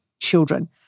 children